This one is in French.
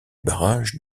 barrage